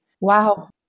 Wow